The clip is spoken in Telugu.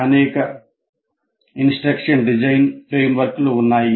అనేక ఇన్స్ట్రక్షన్ డిజైన్ ఫ్రేమ్వర్క్లు ఉన్నాయి